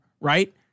Right